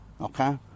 Okay